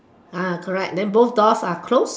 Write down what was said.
ah correct then both doors are closed